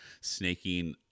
snaking